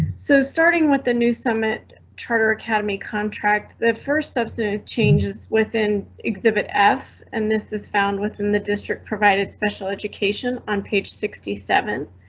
so starting with the new summit charter academy contract, the first substantive changes within exhibit f and this is found within the district provided special education on page sixty seven.